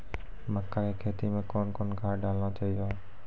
मक्का के खेती मे कौन कौन खाद डालने चाहिए?